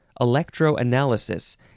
Electroanalysis